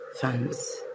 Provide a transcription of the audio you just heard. fans